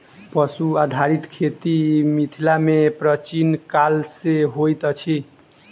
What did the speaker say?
पशु आधारित खेती मिथिला मे प्राचीन काल सॅ होइत अछि